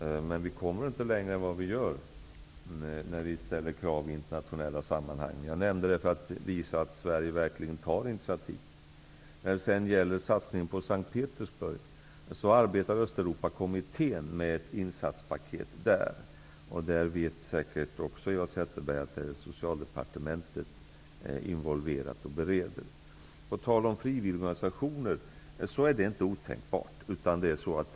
Men vi kommer inte längre när vi ställer krav i internationella sammanhang. Jag nämnde detta för att visa att Sverige verkligen tar initiativ. När det gäller satsningen på S:t Petersburg vill jag säga att Östeuropakommittén arbetar med ett insatspaket. Eva Zetterberg vet säkert att Socialdepartementet är involverat där och bereder. Det är inte otänkbart med frivilligorganisationer i detta sammanhang.